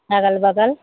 अगल बगल